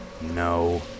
No